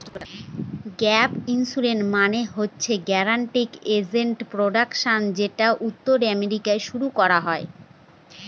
gap insurance মানে হচ্ছে guaranteed asset protection যেটা উত্তর আমেরিকায় শুরু করা হয়